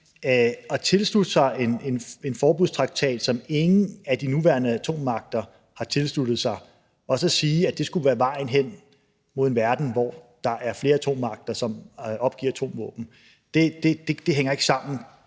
at tilslutte sig en forbudstraktat, som ingen af de nuværende atommagter har tilsluttet sig, og så sige, at det skulle være vejen hen mod en verden, hvor der er flere atommagter, som opgiver atomvåben, hænger ikke sammen.